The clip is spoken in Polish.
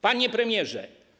Panie Premierze!